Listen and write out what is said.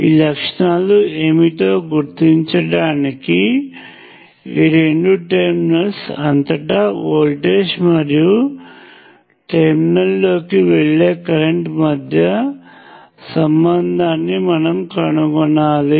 ఈ లక్షణాలు ఏమిటో గుర్తించడానికి ఈ రెండు టెర్మినల్స్ అంతటా వోల్టేజ్ మరియు టెర్మినల్ లోకి వెళ్ళే కరెంట్ మధ్య సంబంధాన్ని మనం కనుగొనాలి